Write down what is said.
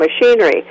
machinery